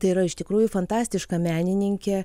tai yra iš tikrųjų fantastiška menininkė